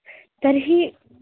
तर्हि